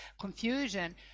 confusion